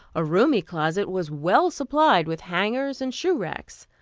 a roomy closet was well supplied with hangers and shoe-racks.